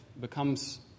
becomes